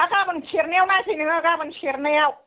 हा गाबोन सेरनायाव नायफै नोङो गाबोन सेरनायाव